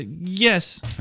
yes